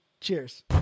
Cheers